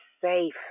safe